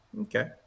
Okay